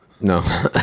No